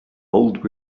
bold